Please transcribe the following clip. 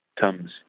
comes